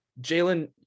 Jalen